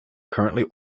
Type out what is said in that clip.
currently